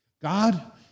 God